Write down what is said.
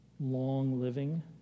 long-living